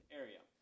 area